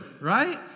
right